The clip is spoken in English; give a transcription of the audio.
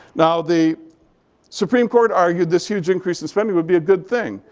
now, the supreme court argued this huge increase in spending would be a good thing,